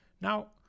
now